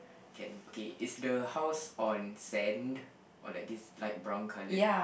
can okay is the house on sand or like this light brown coloured